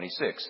26